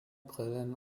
brillen